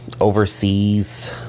overseas